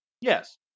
Yes